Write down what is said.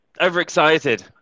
overexcited